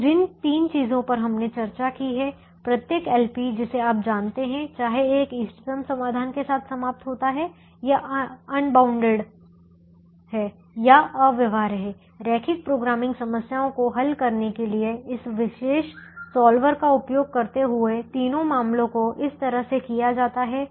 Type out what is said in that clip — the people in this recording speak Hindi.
तो जिन तीन चीजों पर हमने चर्चा की है प्रत्येक LP जिसे आप जानते हैं चाहे एक इष्टतम समाधान के साथ समाप्त होता है या अनबाउंडैड है या अव्यवहार्य है रैखिक प्रोग्रामिंग समस्याओं को हल करने के लिए इस विशेष सॉल्वर का उपयोग करते हुए तीनों मामलों को इस तरह से किया जाता है